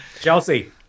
Chelsea